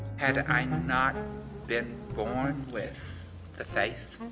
had i not been born with the face.